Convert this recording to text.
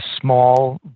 small